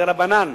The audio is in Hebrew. שליח דרבנן,